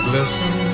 Listen